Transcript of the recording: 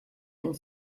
and